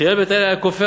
חיאל בית האלי היה כופר,